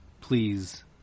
please